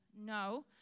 No